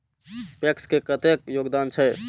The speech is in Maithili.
पैक्स के कतेक योगदान छै?